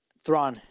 Thrawn